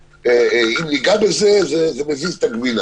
אם ניגע בזה זה מזיז את הגבינה